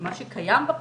שקיים בחוק,